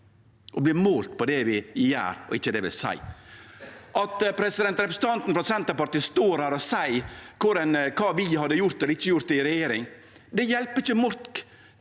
og vert målte på det vi gjer, og ikkje det vi seier. At representanten frå Senterpartiet står her og seier kva vi hadde gjort eller ikkje gjort i regjering – det hjelper ikkje Mork